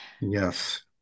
Yes